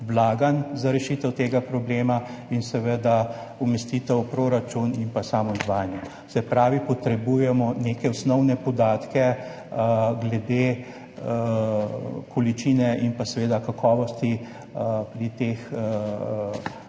za rešitev tega problema in seveda umestitev v proračun in samo izvajanje. Se pravi, potrebujemo neke osnovne podatke glede količine in kakovosti pri teh pripomočkih,